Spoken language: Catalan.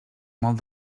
molt